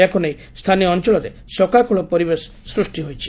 ଏହାକୁ ନେଇ ସ୍ସାନୀୟ ଅଞ୍ଚଳରେ ଶୋକାକୁଳ ପରିବେଶ ସୃଷ୍ ହୋଇଛି